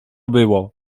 było